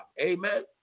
Amen